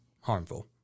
harmful